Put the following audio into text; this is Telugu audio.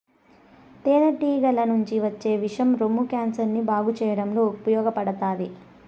తేనె టీగల నుంచి వచ్చే విషం రొమ్ము క్యాన్సర్ ని బాగు చేయడంలో ఉపయోగపడతాది